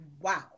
Wow